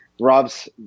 Rob's